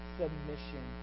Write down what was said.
submission